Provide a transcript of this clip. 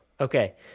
Okay